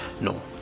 no